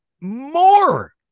more